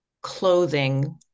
clothing